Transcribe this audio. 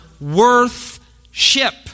worth-ship